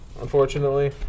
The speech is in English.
unfortunately